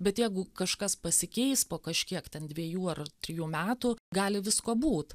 bet jeigu kažkas pasikeis po kažkiek ten dviejų ar trijų metų gali visko būt